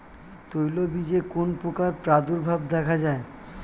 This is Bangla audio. তৈলবীজে কোন পোকার প্রাদুর্ভাব দেখা যায়?